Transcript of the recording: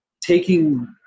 taking